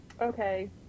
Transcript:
okay